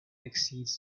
exceeds